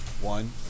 One